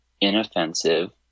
inoffensive